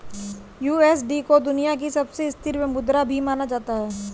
USD को दुनिया की सबसे स्थिर मुद्रा भी माना जाता है